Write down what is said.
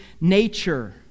nature